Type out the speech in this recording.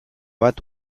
bat